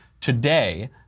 Today